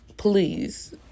please